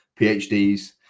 PhDs